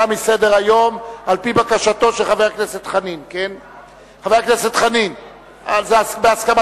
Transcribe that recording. החוק עברה, למה היא היתה